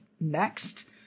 next